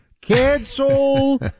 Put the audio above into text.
Cancel